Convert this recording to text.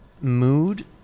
mood